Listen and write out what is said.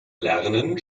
lernen